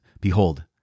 behold